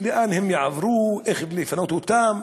לאן יעברו, איך לפנות אותם.